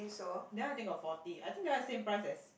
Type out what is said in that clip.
then I think got forty I think that one same price as